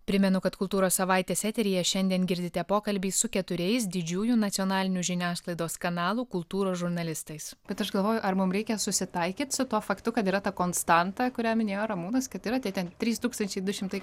primenu kad kultūros savaitės eteryje šiandien girdite pokalbį su keturiais didžiųjų nacionalinių žiniasklaidos kanalų kultūros žurnalistais bet aš galvoju ar mum reikia susitaikyt su tuo faktu kad yra ta konstanta kurią minėjo ramūnas kad yra tie ten trys tūkstančiai du šimtai